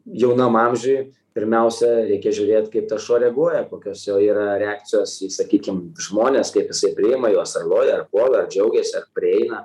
jaunam amžiuj pirmiausia reikia žiūrėt kaip tas šuo reaguoja kokios jo yra reakcijos į sakykim žmones kaip jisai priima juos ar loja ar puola ar džiaugiasi ar prieina